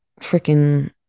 freaking